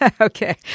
Okay